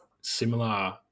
similar